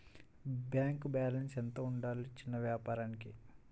Bank balance ఎంత ఉండాలి చిన్న వ్యాపారానికి?